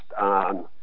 on